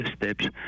steps